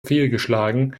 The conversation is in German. fehlgeschlagen